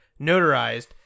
notarized